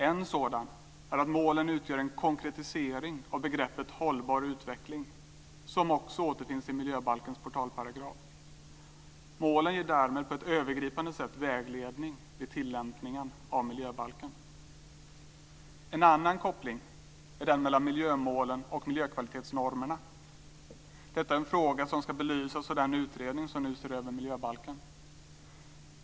En sådan är att målen utgör en konkretisering av begreppet hållbar utveckling som också återfinns i miljöbalkens portalparagraf. Målen ger därmed på ett övergripande sätt vägledning vid tillämpningen av miljöbalken. En annan koppling är den mellan miljömålen och miljökvalitetsnormerna. Detta är en fråga som ska belysas av den utredning som nu ser över miljöbalken.